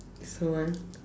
so one